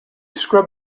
scrub